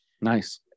nice